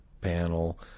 panel